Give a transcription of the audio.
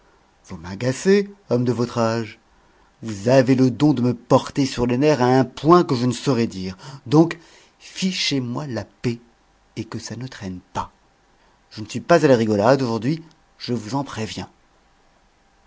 vous m'agacez homme de votre âge vous avez le don de me porter sur les nerfs à un point que je ne saurais dire donc fichez-moi la paix et que ça ne traîne pas je ne suis pas à la rigolade aujourd'hui je vous en préviens